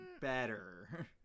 Better